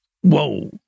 Whoa